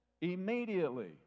Immediately